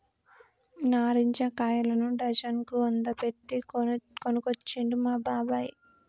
నారింజ కాయలను డజన్ కు వంద పెట్టి కొనుకొచ్చిండు మా బాబాయ్